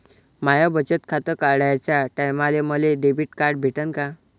माय बचत खातं काढाच्या टायमाले मले डेबिट कार्ड भेटन का?